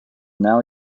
now